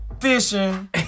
Fishing